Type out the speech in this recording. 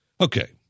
okay